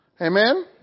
Amen